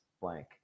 blank